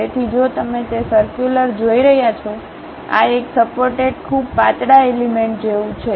તેથી જો તમે તે સર્ક્યુલર જોઈ રહ્યાં છો આ એક સપોર્ટેડ ખૂબ પાતળા એલિમેન્ટ જેવું છે